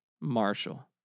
Marshall